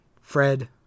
Fred